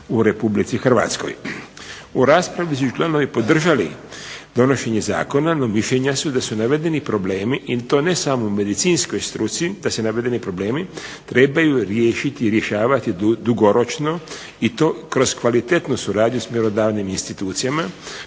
u Republici Hrvatskoj. U raspravi su članovi podržali donošenje zakona, no mišljenja su da su navedeni problemi i to ne samo u medicinskoj struci, da se navedeni problemi trebaju riješiti i rješavati dugoročno i to kroz kvalitetnu suradnju s mjerodavnim institucijama.